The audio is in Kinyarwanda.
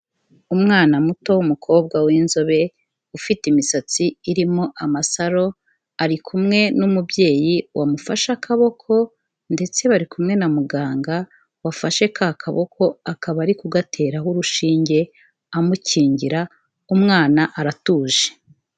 Umwana muto w'umukobwa w'inzobe ufite imisatsi irimo amasaro ari kumwe n'umubyeyi wamufashe akaboko ndetse bari kumwe na muganga wafashe ka kaboko, akaba ari kugateraho urushinge amukingira umwana aratuje.